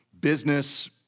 business